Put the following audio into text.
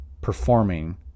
performing